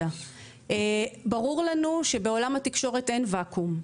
ברור לנו שבעולם התקשורת אין ואקום.